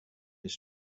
his